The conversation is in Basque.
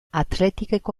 athleticeko